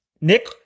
Nick